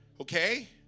Okay